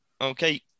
Okay